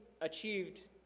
achieved